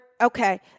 Okay